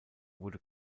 wurde